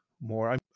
more